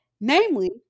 namely